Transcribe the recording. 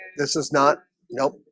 this is not nope,